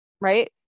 Right